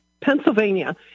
Pennsylvania